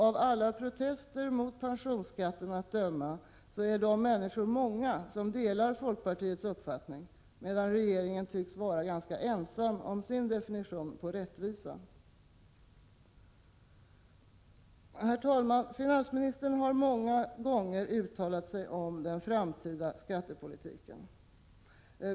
Av alla protester mot pensionsskatten att döma är de människor många som delar folkpartiets uppfattning, medan regeringen tycks vara ganska ensam om sin definition på rättvisa. Finansministern har många gånger uttalat sig om den framtida skattepolitiken.